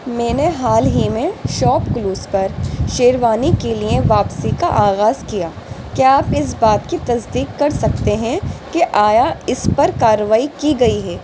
میں نے حال ہی میں شاپ کلوز پر شیروانی کے لیے واپسی کا آغاز کیا کیا آپ اس بات کی تصدیق کر سکتے ہیں کہ آیا اس پر کارروائی کی گئی ہے